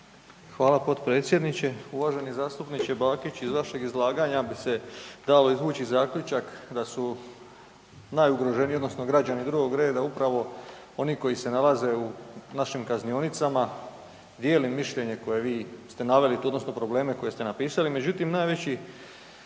Hvala potpredsjedniče. Uvaženi zastupniče Bakić iz vašeg bi se dalo izvući zaključak da su najugroženiji odnosno građani drugog reda upravo oni koji se nalaze u našim kaznionicama. Dijelim mišljenje koje vi ste naveli tu odnosno probleme koje ste napisali, međutim najveći